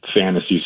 fantasy